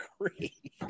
agree